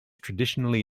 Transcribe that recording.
traditionally